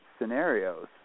scenarios